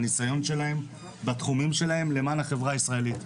מהניסיון שלהם בתחומים שלהם למען החברה הישראלית.